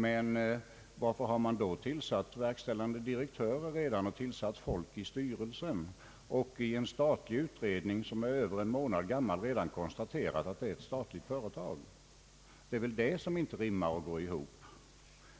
Men varför har man då tillsatt verkställande direktören redan, och folk i styrelsen? I en statlig utredning som är över en månad gammal har man också redan konstaterat att det är ett statligt företag! Det är detta som inte går ihop.